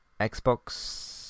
Xbox